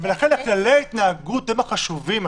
לכן כללי ההתנהגות, הם החשובים.